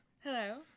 Hello